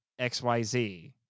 xyz